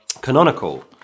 canonical